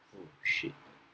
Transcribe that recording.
oh shit